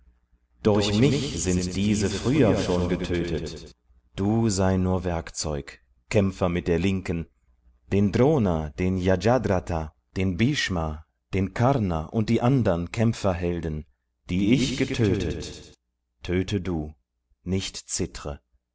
durch mich sind diese früher schon getötet du sei nur werkzeug kämpfer mit der linken den drona den jayadratha den bhshma den karna und die andern kämpferhelden die ich getötet töte du nicht zittre